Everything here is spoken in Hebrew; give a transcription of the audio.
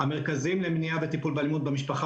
המרכזים למניעה וטיפול באלימות במשפחה